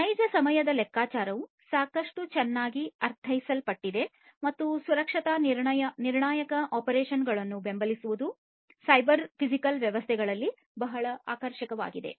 ನೈಜ ಸಮಯದ ಲೆಕ್ಕಾಚಾರವು ಸಾಕಷ್ಟು ಚೆನ್ನಾಗಿ ಅರ್ಥೈಸಲ್ಪಟ್ಟಿದೆ ಮತ್ತು ಸುರಕ್ಷತಾ ನಿರ್ಣಾಯಕ ಅಪ್ಲಿಕೇಶನ್ಗಳನ್ನು ಬೆಂಬಲಿಸುವುದು ಸೈಬರ್ ಫಿಸಿಕಲ್ ವ್ಯವಸ್ಥೆಗಳಲ್ಲಿ ಬಹಳ ಆಕರ್ಷಕವಾಗಿದೆ